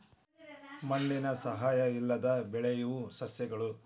ಮಣ್ಣಿನ ಸಹಾಯಾ ಇಲ್ಲದ ಬೆಳಿಯು ಸಸ್ಯಗಳು